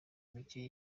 mike